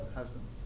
husband